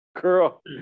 girl